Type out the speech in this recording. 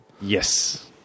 Yes